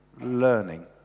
learning